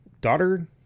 Daughter